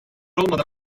olmadan